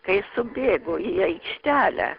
kai subėgo į aikštelę